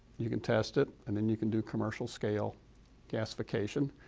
you can test it, and then you can do commercial scale gassification,